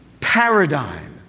paradigm